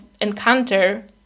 encounter